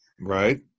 Right